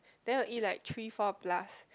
then will eat like three four plus